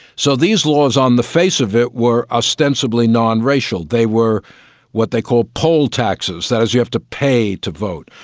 so these laws on the face of it were ostensibly non-racial, they were what they call poll taxes, that is you have to pay to vote.